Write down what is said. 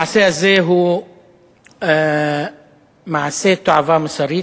המעשה הזה הוא מעשה תועבה מוסרית,